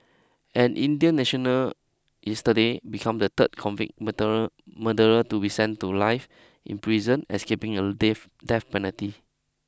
an Indian national yesterday become the third convicted murderer to be send to life in prison escaping a death death penalty